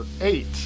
Eight